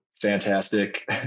fantastic